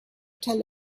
tell